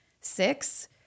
six